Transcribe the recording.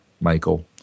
Michael